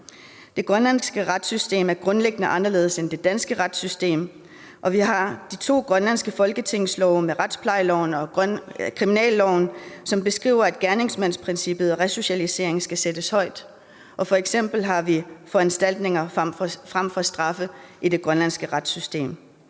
Det grønlandske retssystem er grundlæggende anderledes end det danske retssystem, og vi har de to grønlandske folketingslove med retsplejeloven og kriminalloven, som beskriver, at gerningsmandsprincippet og resocialisering skal sættes højt. F.eks. har vi foranstaltninger frem for straffe i det grønlandske retssystem.